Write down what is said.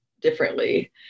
differently